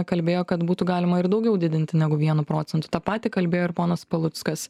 kalbėjo kad būtų galima ir daugiau didinti negu vienu procentu tą patį kalbėjo ir ponas paluckas